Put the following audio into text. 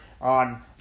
on